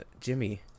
Jimmy